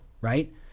right